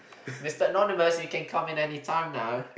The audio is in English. Mister Anonymous you can come in anytime now